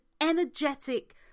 energetic